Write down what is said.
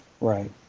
Right